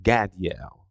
Gadiel